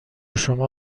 شما